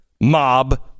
Mob